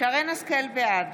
בעד